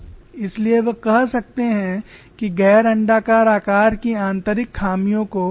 इसलिए वे कह सकते हैं कि गैर अण्डाकार आकार की आंतरिक खामियों को कैसे संभालना है